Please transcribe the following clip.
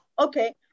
Okay